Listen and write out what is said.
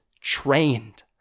trained